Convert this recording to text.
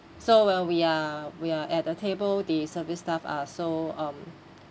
so when we are we are at the table the service staff are so um